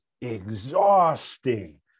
exhausting